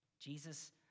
Jesus